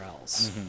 else